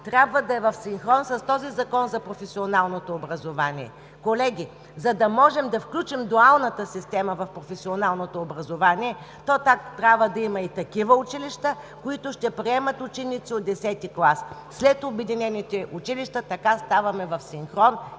трябва да е в синхрон с този Закон за професионалното образование. Колеги, за да можем да включим дуалната система в професионалното образование, то трябва да има и такива училища, които ще приемат ученици от десети клас. След обединените училища така ставаме в синхрон